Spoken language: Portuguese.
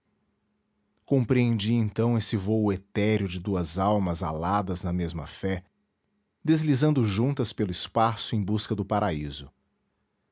compreendi então esse vôo etéreo de duas almas aladas na mesma fé deslizando juntas pelo espaço em busca do paraíso